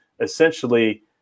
essentially